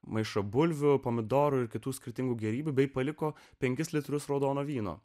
maišą bulvių pomidorų ir kitų skirtingų gėrybių bei paliko penkis litrus raudono vyno